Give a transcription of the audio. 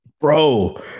Bro